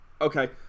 Okay